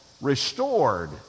restored